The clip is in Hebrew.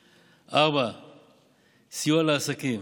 4. סיוע לעסקים,